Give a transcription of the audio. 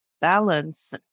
balance